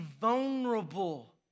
vulnerable